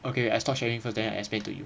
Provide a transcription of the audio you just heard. okay I stop sharing first then I explain to you